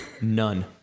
none